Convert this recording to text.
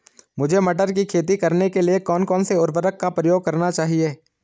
मुझे मटर की खेती करने के लिए कौन कौन से उर्वरक का प्रयोग करने चाहिए?